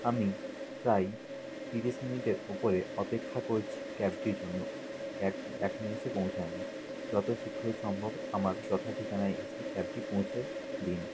আমি প্রায় তিরিশ মিনিটের ওপরে অপেক্ষা করছি ক্যাবটির জন্য ক্যাবটি এখনও এসে পৌঁছায়নি যত শীঘ্র সম্ভব আমার যথা ঠিকানায় এসে ক্যাবটি পৌঁছে দিন